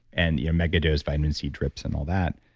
and yeah mega dose vitamin c drips and all that.